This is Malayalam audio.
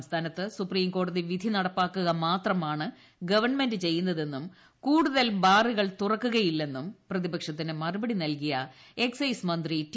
സംസ്ഥാന്ത്ത് സുപ്രീംകോടതി വിധി നടപ്പാക്കുക മാത്രമാണ് ഗവൺമെന്റ് ചെയ്യുന്നത്തെന്നും കൂടുതൽ ബാറുകൾ തുറക്കുകയില്ലെന്നും പ്രതിപക്ഷത്തിന് മിനുപ്പടി നൽകിയ എക്സൈസ് മന്ത്രി ടി